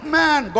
man